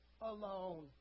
alone